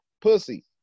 pussy